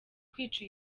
kwica